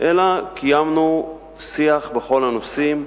אלא קיימנו שיח בכל הנושאים,